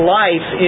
life